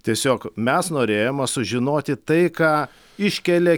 tiesiog mes norėjome sužinoti tai ką iškelia